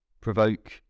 provoke